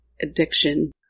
addiction